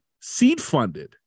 seed-funded